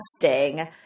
testing